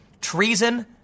treason